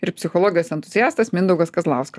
ir psichologas entuziastas mindaugas kazlauskas